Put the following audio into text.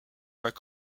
pas